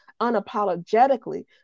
unapologetically